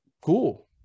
Cool